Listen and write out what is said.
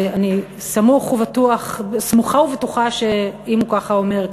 ואני סמוכה ובטוחה שאם ככה הוא אומר,